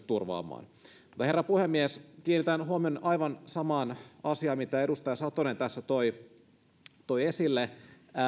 turvaamaan herra puhemies kiinnitän huomion aivan samaan asiaan mitä edustaja satonen tässä toi toi esille